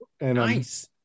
Nice